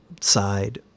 side